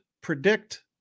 predict